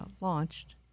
launched